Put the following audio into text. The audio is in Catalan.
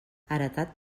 heretat